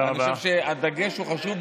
אני חושב שהדגש הוא חשוב,